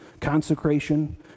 consecration